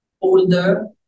older